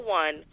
one